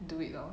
do it lor